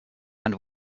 and